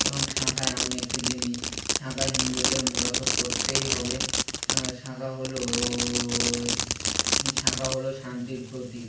এবং শাঁখা এমন একটি জিনিস শাঁখা হিন্দুদের মূলত পরতেই হবে শাঁখা হলো শাঁখা হলো শান্তির প্রতীক